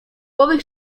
owych